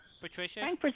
Patricia